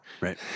Right